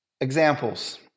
examples